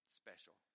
special